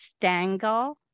Stangle